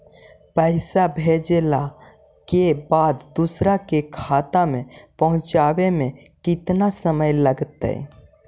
पैसा भेजला के बाद दुसर के खाता में पहुँचे में केतना समय लगतइ?